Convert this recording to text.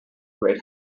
great